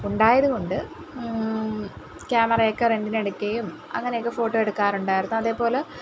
ഉണ്ടായതുകൊണ്ട് ക്യാമറയൊക്കെ റെൻറ്റിനെടുക്കുകയും അങ്ങനെയൊക്കെ ഫോട്ടോ എടുക്കാറുണ്ടായിരുന്നു അതേപോലെ